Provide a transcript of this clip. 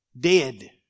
dead